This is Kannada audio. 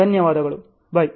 ಧನ್ಯವಾದಗಳು ಬೈ